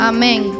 Amen